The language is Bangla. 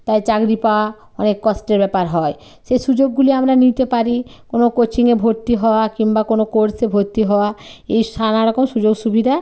তাই চাকরি পাওয়া অনেক কষ্টের ব্যাপার হয় সেই সুযোগগুলি আমরা নিতে পারি কোনো কোচিংয়ে ভর্তি হওয়া কিংবা কোনো কোর্সে ভর্তি হওয়া এই নানারকম সুযোগ সুবিধা